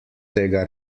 tega